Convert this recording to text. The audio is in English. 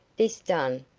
this done,